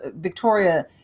Victoria